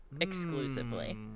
exclusively